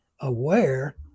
aware